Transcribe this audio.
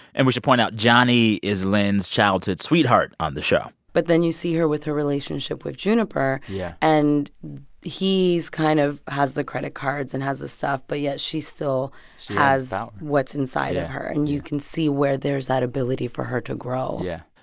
and we should point out johnny is lyn's childhood sweetheart on the show but then you see her with her relationship with juniper. yeah and he's kind of has the credit cards and has this stuff, but yet she still has what's inside of her, and you can see where there's that ability for her to grow yeah.